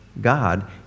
God